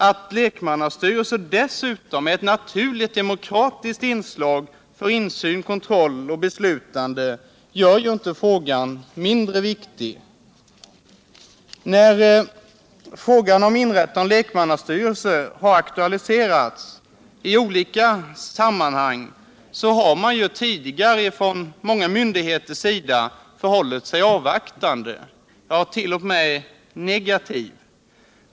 Att lekmannastyrelser dessutom är ett naturligt demokratiskt inslag för insyn, kontroll och beslut gör inte frågan mindre viktig. När frågan om inrättande av lekmannastyrelser aktualiserats i olika sammanhang, har många myndigheter tidigare förhållit sig avvaktande, t.o.m. negativa.